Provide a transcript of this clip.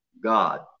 God